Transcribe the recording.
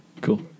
cool